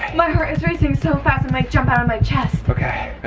my heart is racing so fast it might jump out of my chest. okay,